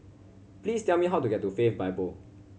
please tell me how to get to Faith Bible